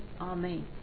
Amen